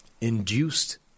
induced